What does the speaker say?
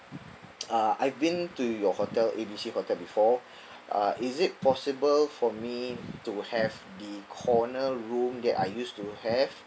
uh I've been to your hotel A B C hotel before uh is it possible for me to have the corner room that I used to have